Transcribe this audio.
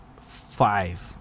five